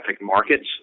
markets